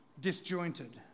disjointed